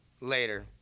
later